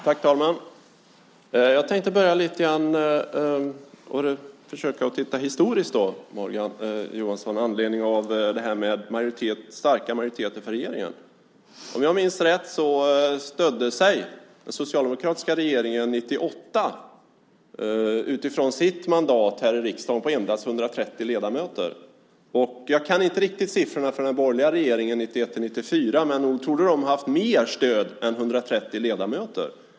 Fru talman! Jag tänkte börja med att titta lite historiskt, Morgan Johansson, med anledning av det här med starka majoriteter för regeringen. Om jag minns rätt stödde sig den socialdemokratiska regeringen 1998, utifrån sitt mandat i riksdagen, på endast 130 ledamöter. Jag kan inte riktigt siffrorna på den borgerliga regeringen 1991-1994, men jag tror att den hade stöd från fler än 130 ledamöter.